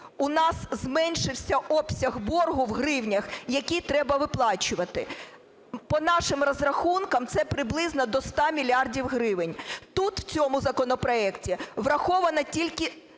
у нас зменшився обсяг боргу в гривнях, які треба виплачувати. По нашим розрахункам це приблизно до 100 мільярдів гривень. Тут в цьому законопроекті враховано тільки